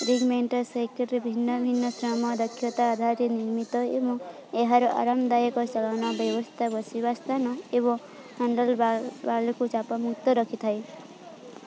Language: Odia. ରିକମ୍ବେଣ୍ଟ ସାଇକେଲ ଭିନ୍ନ ଭିନ୍ନ ଶ୍ରମ ଦକ୍ଷତା ଆଧାରରେ ନିର୍ମିତ ଏବଂ ଏହାର ଆରାମଦାୟକ ଚାଳନା ବ୍ୟବସ୍ଥା ବସିବା ସ୍ଥାନ ଏବଂ ହ୍ୟାଣ୍ଡଲ୍ ବାରକୁ ଚାପମୁକ୍ତ ରଖିଥାଏ